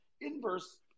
inverse